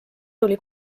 tuli